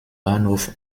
bahnhof